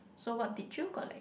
so what did you got like